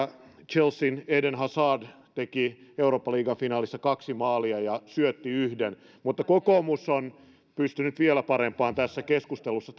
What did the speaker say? chelsean eden hazard teki eurooppa liigan finaalissa kaksi maalia ja syötti yhden mutta kokoomus on pystynyt vielä parempaan tässä keskustelussa